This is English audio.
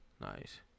Nice